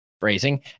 phrasing